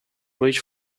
wage